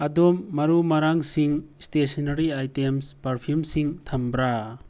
ꯑꯗꯣꯝ ꯃꯔꯨ ꯃꯔꯥꯡꯁꯤꯡ ꯏꯁꯇꯦꯁꯟꯅꯦꯔꯤ ꯑꯥꯏꯇꯦꯝꯁ ꯄꯔꯐꯤꯌꯨꯝꯁꯤꯡ ꯊꯝꯕ꯭ꯔꯥ